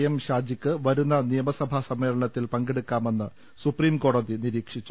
M ഷാജിക്ക് വരുന്ന നിയമസഭാസമ്മേളനത്തിൽ പങ്കെടുക്കാമെന്ന് സുപ്രീംകോടതി നിരീക്ഷണം